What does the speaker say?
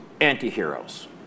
anti-heroes